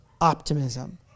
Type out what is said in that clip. optimism